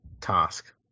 task